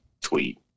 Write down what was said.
tweet